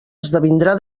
esdevindrà